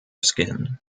skin